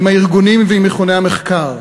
עם הארגונים ועם מכוני המחקר.